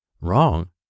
wrong